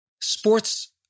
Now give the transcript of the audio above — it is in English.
Sports